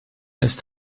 ist